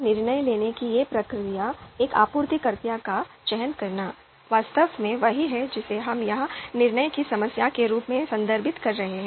इसलिए निर्णय लेने की यह प्रक्रिया एक आपूर्तिकर्ता का चयन करना वास्तव में वही है जिसे हम यहां निर्णय की समस्या के रूप में संदर्भित कर रहे हैं